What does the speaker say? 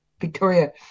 Victoria